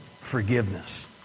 forgiveness